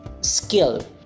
skill